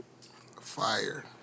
Fire